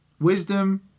wisdom